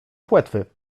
płetwy